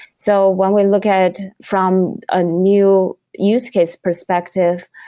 so when we look at from a new use case perspective,